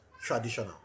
traditional